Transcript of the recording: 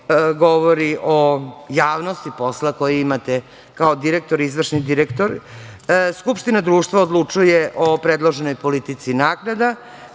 govori o javnosti posla koji imate kao direktor i izvršni direktor. Skupština društva odlučuje o predloženoj politici naknada,